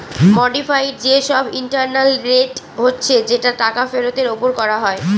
modified যে সব internal rate হচ্ছে যেটা টাকা ফেরতের ওপর করা হয়